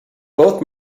both